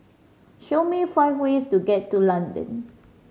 show me five ways to get to London